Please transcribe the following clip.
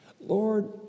Lord